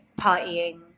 partying